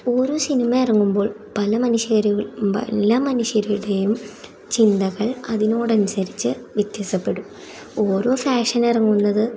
ഓരോ സിനിമ ഇറങ്ങുമ്പോൾ പല മനുഷ്യരു പല മനുഷ്യരുടെയും ചിന്തകൾ അതിനോടനുസരിച്ച് വ്യത്യാസപ്പെടും ഓരോ ഫാഷൻ ഇറങ്ങുന്നത്